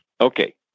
Okay